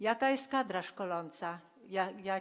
Jaka jest kadra szkoląca?